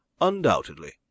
Undoubtedly